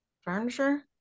furniture